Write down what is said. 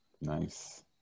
nice